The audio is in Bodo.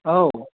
औ